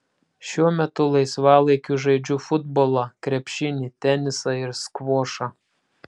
šiuo metu laisvalaikiu žaidžiu futbolą krepšinį tenisą ir skvošą